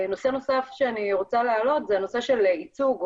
נושא נוסף שאני רוצה להעלות זה הנושא של ייצוג,